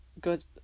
goes